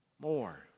more